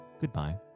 goodbye